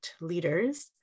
leaders